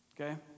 okay